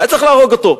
היה צריך להרוג אותו,